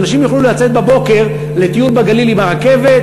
אז אנשים יוכלו לצאת בבוקר לטיול בגליל ברכבת,